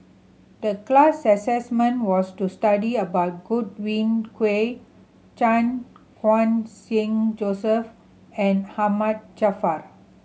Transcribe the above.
the class assignment was to study about Godwin Koay Chan Khun Sing Joseph and Ahmad Jaafar